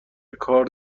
کار